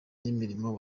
n’imirimo